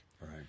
Right